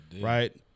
right